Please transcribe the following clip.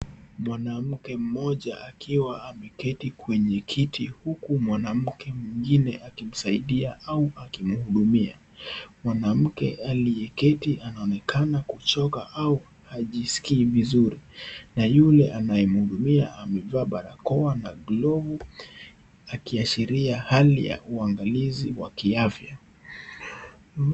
Mwanamke mmoja akiwa ameketi kwenye kiti huku mwanamke mwingine akimsaidia au akimhudumia. Mwanamke aliyeketi anaonekana kuchoka au hajisikii vizuri na yule anayemhudumia amevaa barakoa na glovu akiashiria hali ya uanngalizi wa kiafya.